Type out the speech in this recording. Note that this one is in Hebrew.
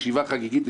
ישיבה חגיגית,